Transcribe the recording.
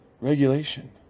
regulation